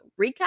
recap